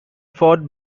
fought